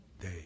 day